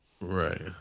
Right